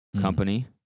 company